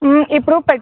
ఇప్పుడు పె